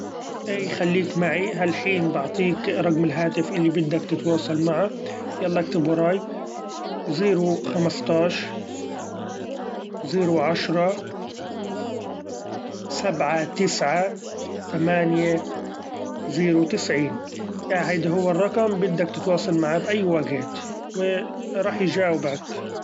إي خليك معي هالحين بعطيك رقم الهاتف اللي بدك تتواصل معه، يلا اكتب وراي زيرو خمستاش زيرو عشرة سبعة تسعة تمإنية زيرو تسعين، هيدي هو الرقم بدك تتواصل معاه بأي واجهت و ‹hesitate › راح يچأوبك.